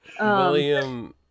William